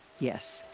yes.